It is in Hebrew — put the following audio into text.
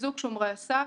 חיזוק שומרי הסף,